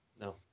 No